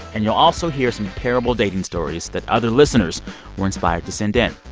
and you'll also hear some terrible dating stories that other listeners were inspired to send in.